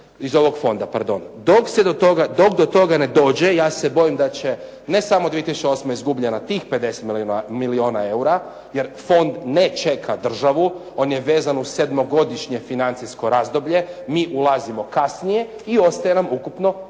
Dok do toga ne dođe, ja se bojim da će ne samo 2008. izgubljena tih 50 milijuna eura, jer fond ne čeka državu, on je vezan uz sedmogodišnje financijsko razdoblje, mi ulazimo kasnije i ostaje nam ukupno manje